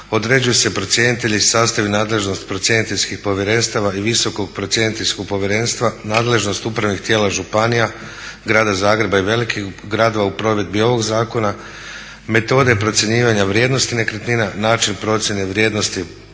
određuju se procjenitelji, sastav i nadležnost procjeniteljskih povjerenstava i visokog procjeniteljskog povjerenstva, nadležnost upravnih tijela županija, grada Zagreba i velikih gradova u provedbi ovog zakona, metode procjenjivanja vrijednosti nekretnina, način procjene vrijednosti